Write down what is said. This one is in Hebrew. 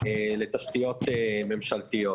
לתשתיות ממשלתיות.